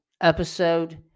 episode